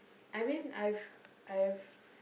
I mean I've I've